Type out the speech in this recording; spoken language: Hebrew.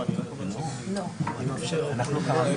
גמרנו